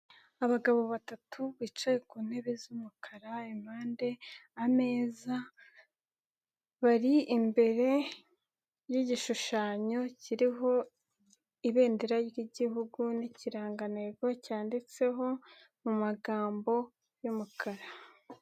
Abagabo batatu bicaye ku ntebe z'umukararu, impande, ameza, bari imbere y'igishushanyo kiriho ibendera ry'gihugu n'ikirangantego cyanditseho mu magambo y'umukara.